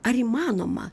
ar įmanoma